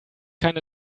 keine